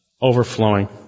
overflowing